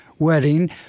wedding